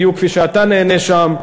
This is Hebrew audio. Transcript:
בדיוק כפי שאתה נהנה שם,